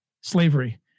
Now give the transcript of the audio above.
slavery